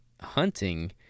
hunting